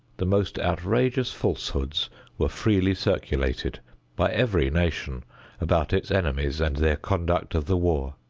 the most outrageous falsehoods were freely circulated by every nation about its enemies and their conduct of the war.